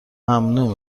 ممنوع